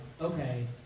okay